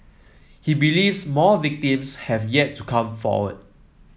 he believes more victims have yet to come forward